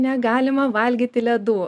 negalima valgyti ledų